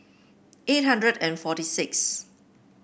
eight hundred and forty six